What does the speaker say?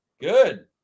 Good